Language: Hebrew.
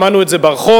שמענו את זה ברחוב,